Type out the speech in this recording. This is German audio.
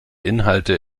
inhalte